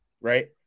right